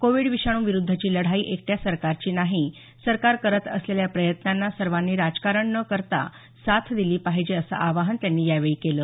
Covid विषाणू विरुद्धची लढाई एकट्या सरकारची नाही सरकार करत असलेल्या प्रयत्नांना सर्वांनी राजकारण न करता साथ दिली पाहिजे असं आवाहन त्यांनी यावेळी केलं